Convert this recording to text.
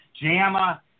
JAMA